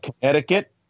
Connecticut